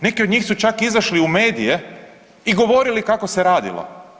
Neki do njih su čak izašli u medije i govorili kako se radilo.